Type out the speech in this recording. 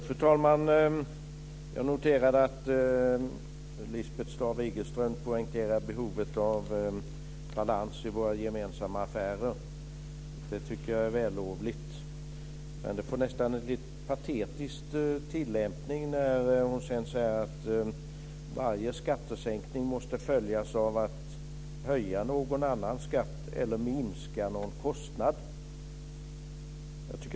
Fru talman! Jag noterade att Lisbeth Staaf Igelström poängterade behovet av balans i våra gemensamma affärer. Jag tycker att det är vällovligt. Men det får nästan en patetisk tillämpning när hon sedan säger att varje skattesänkning måste följas av att man höjer någon annan skatt eller minskar någon kostnad.